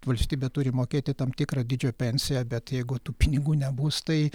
valstybė turi mokėti tam tikrą dydžio pensiją bet jeigu tų pinigų nebus tai